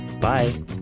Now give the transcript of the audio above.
Bye